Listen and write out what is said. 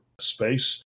space